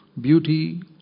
Beauty